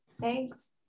Thanks